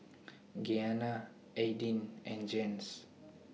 Gianna Aidyn and Jens